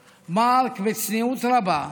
מרק, בצניעות רבה,